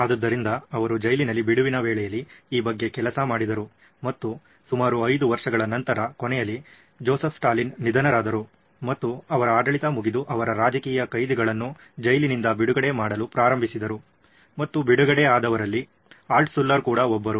ಆದ್ದರಿಂದ ಅವರು ಜೈಲಿನಲ್ಲಿ ಬಿಡುವಿನ ವೇಳೆಯಲ್ಲಿ ಈ ಬಗ್ಗೆ ಕೆಲಸ ಮಾಡಿದರು ಮತ್ತು ಸುಮಾರು 5 ವರ್ಷಗಳ ನಂತರದ ಕೊನೆಯಲ್ಲಿ ಜೋಸೆಫ್ ಸ್ಟಾಲಿನ್ ನಿಧನರಾದರು ಮತ್ತು ಅವರ ಆಡಳಿತ ಮುಗಿದು ಅವರ ರಾಜಕೀಯ ಕೈದಿಗಳನ್ನು ಜೈಲಿನಿಂದ ಬಿಡುಗಡೆ ಮಾಡಲು ಪ್ರಾರಂಭಿಸಿದರು ಮತ್ತು ಬಿಡುಗಡೆ ಆದವರಲ್ಲಿ ಆಲ್ಟ್ಶುಲ್ಲರ್ ಕೂಡ ಒಬ್ಬರು